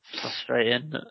Frustrating